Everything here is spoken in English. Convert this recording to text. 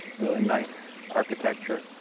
really nice architecture.